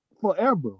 Forever